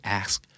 ask